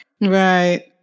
Right